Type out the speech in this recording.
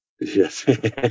Yes